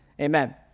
amen